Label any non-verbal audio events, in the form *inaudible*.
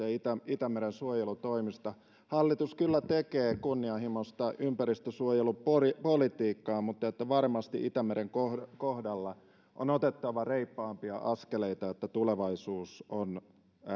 *unintelligible* ja itämeren suojelutoimista hallitus kyllä tekee kunnianhimoista ympäristönsuojelupolitiikkaa mutta varmasti itämeren kohdalla kohdalla on otettava reippaampia askeleita jotta tulevaisuus on